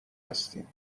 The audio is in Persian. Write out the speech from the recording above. هستیم